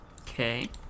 Okay